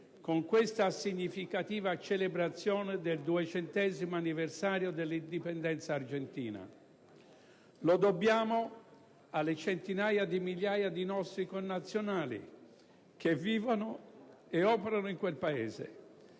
con questa significativa celebrazione del 200° anniversario dell'indipendenza argentina. Lo dobbiamo alle centinaia di migliaia di nostri connazionali che vivono e operano in quel Paese: